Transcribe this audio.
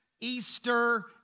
Easter